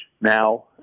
now